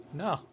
No